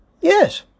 Yes